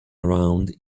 around